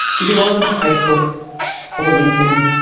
did you log onto facebook or linkedin,